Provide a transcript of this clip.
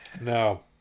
No